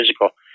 physical